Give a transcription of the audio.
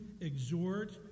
exhort